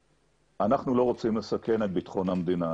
אנחנו לא רוצים לסכן את ביטחון המדינה,